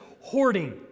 hoarding